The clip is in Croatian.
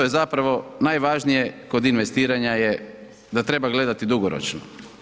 je zapravo najvažnije kod investiranje je da treba gledati dugoročno.